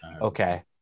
Okay